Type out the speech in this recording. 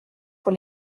pour